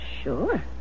Sure